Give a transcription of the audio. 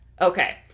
Okay